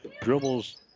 dribbles